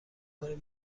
کنید